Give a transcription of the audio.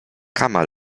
kama